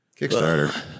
Kickstarter